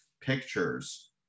pictures